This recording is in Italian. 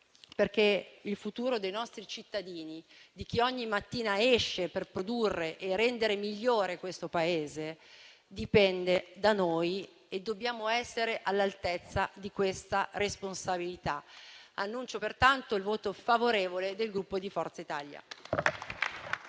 sera. Il futuro dei nostri cittadini, di chi ogni mattina esce per produrre e rendere migliore questo Paese, dipende da noi e noi dobbiamo essere all'altezza di questa responsabilità. Annuncio pertanto il voto favorevole del Gruppo Forza Italia.